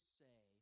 say